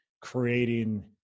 creating